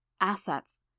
Assets